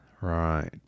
Right